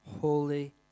Holy